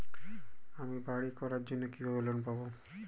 আমি বাড়ি করার জন্য কিভাবে লোন পাব?